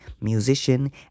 musician